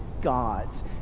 gods